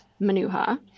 manuha